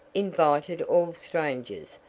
invited all strangers,